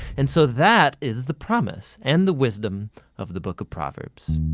and so, that is the promise and the wisdom of the book of proverbs.